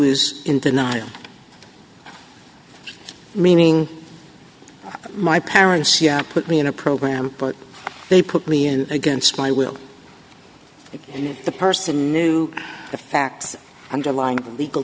's in denial meaning my parents yeah put me in a program but they put me in against my will if and if the person knew the facts underlying the legal